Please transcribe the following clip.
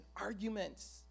arguments